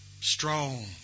Strong